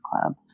club